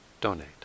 donate